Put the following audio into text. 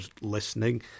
listening